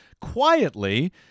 Quietly